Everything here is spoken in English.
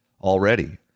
already